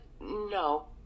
no